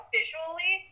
visually